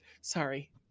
sorry